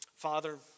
Father